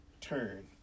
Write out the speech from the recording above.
turn